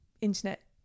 internet